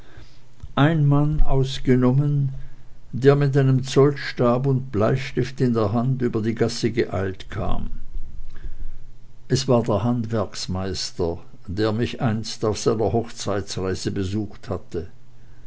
ein mann ausgenommen der mit einem zollstab und bleistift in der hand über die gasse geeilt kam es war der handwerksmeister der mich einst auf seiner hochzeitsreise besucht hatte